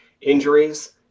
Injuries